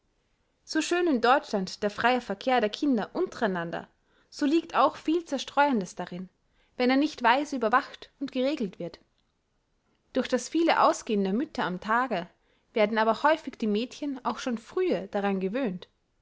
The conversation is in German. so schön in deutschland der freie verkehr der kinder untereinander so liegt auch viel zerstreuendes darin wenn er nicht weise überwacht und geregelt wird durch das viele ausgehen der mütter am tage werden aber häufig die mädchen auch schon frühe daran gewöhnt